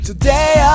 Today